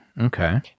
Okay